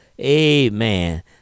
Amen